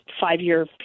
five-year